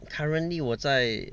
currently 我在